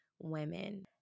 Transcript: women